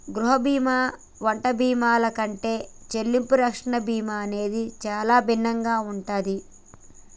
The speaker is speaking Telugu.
గృహ బీమా వంటి బీమాల కంటే చెల్లింపు రక్షణ బీమా అనేది చానా భిన్నంగా ఉంటాది